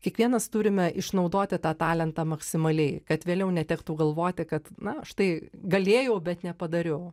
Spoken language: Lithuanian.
kiekvienas turime išnaudoti tą talentą maksimaliai kad vėliau netektų galvoti kad na štai galėjau bet nepadariau